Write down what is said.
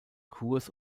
kurs